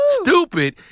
stupid